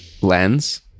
lens